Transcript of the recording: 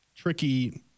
Tricky